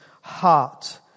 heart